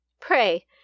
Pray